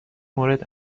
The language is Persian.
مورد